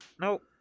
no